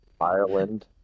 Ireland